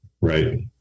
right